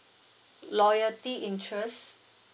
loyalty interest